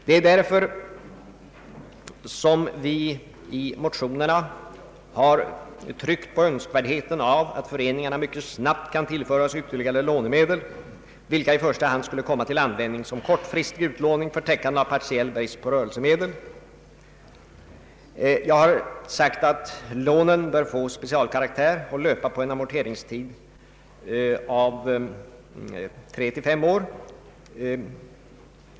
Det är därför som vi i motionerna har understrukit önskvärdheten av att föreningarna mycket snabbt kan tillföras ytterligare lånemedel, vil ka i första hand skulle komma till användning som kortfristig utlåning för täckande av partiell brist på rörelsemedel. Jag har sagt att lånen bör få specialkaraktär och löpa med en amorteringstid av tre till fem år.